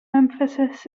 emphasis